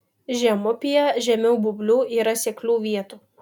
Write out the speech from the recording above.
žemupyje žemiau būblių yra seklių vietų